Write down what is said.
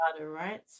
right